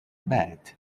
بعد